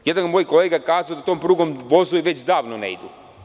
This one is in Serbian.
Jedan od mojih kolega je kazao da tom prugom vozovi već davno ne idu.